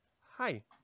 hi